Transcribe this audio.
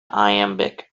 iambic